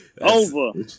over